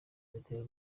bitera